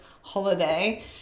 holiday